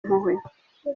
mpuhwe